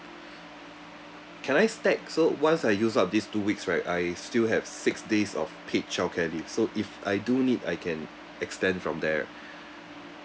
can I stack so once I use up these two weeks right I still have six days of paid childcare leave so if I do need I can extend from there